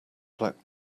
black